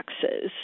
taxes